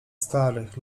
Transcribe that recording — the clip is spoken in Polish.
starych